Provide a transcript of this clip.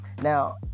Now